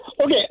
Okay